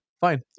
fine